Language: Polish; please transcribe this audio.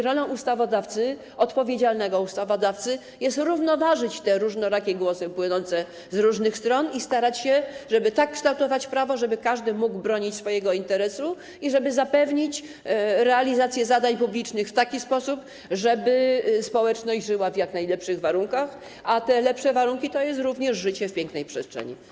Rolą ustawodawcy, odpowiedzialnego ustawodawcy, jest równoważyć te różnorakie głosy płynące z różnych stron i starać się, żeby tak kształtować prawo, by każdy mógł bronić swojego interesu i by zapewnić realizację zadań publicznych w taki sposób, żeby społeczność żyła w jak najlepszych warunkach, a te lepsze warunki to jest również życie w pięknej przestrzeni.